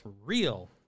real